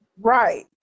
right